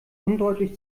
undeutlich